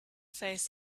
face